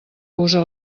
usa